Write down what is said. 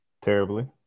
Terribly